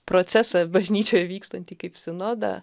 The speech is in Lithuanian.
procesą bažnyčioj vykstantį kaip sinodą